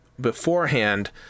beforehand